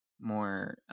more